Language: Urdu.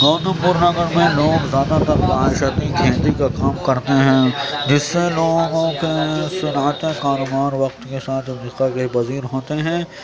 گوتم بدھ نگر میں لوگ زیادہ تر معاشیتی کھیتی کا کام کرتے ہیں جس سے لوگوں کے صنعتیں کاروبار وقت کے ساتھ ساتھ ارتقا کے پذیر ہوتے ہیں